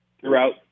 throughout